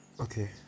okay